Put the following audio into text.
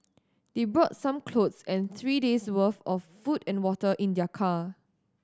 they brought some clothes and three days worth of food and water in their car